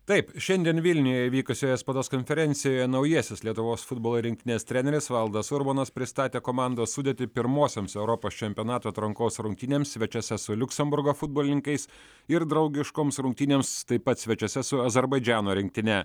taip šiandien vilniuje vykusioje spaudos konferencijoje naujasis lietuvos futbolo rinktinės treneris valdas urbonas pristatė komandos sudėtį pirmosioms europos čempionato atrankos rungtynėms svečiuose su liuksemburgo futbolininkais ir draugiškoms rungtynėms taip pat svečiuose su azerbaidžano rinktine